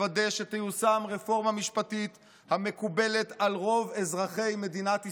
לוודא שתיושם רפורמה משפטית המקובלת על רוב אזרחי מדינת ישראל.